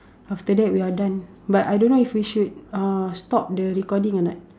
after that we are done but I don't know if we should uh stop the recording or not